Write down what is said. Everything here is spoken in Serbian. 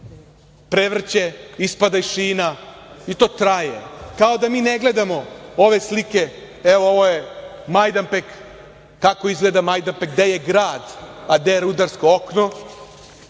prevrće, ispada iz šina i to traje. Kao da mi ne gledamo ove slike, ovo je Majdanpek, kako izgleda Majdanpek, gde je grad, a gde rudarsko okno.